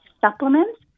supplements